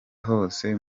hose